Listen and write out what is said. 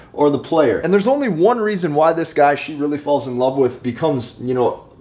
or the player and there's only one reason why this guy she really falls in love with becomes, you know,